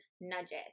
nudges